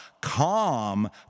calm